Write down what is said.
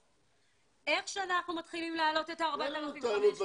שאיך שאנחנו מתחילים להעלות את ה-4,500,